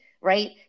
right